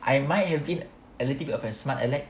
I might have been a little bit of a smart alec